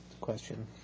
question